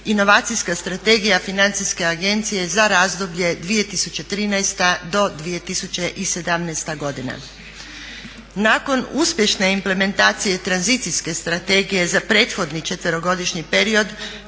Inovacijska strategija Financijske agencije za razdoblje 2013.do 2017.godina. Nakon uspješne implementacije tranzicijske strategije za prethodni četverogodišnji period